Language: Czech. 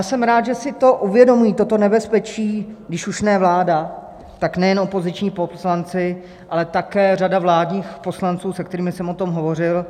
Jsem rád, že si to uvědomují, toto nebezpečí, když už ne vláda, tak nejen opoziční poslanci, ale také řada vládních poslanců, se kterými jsem o tom hovořil.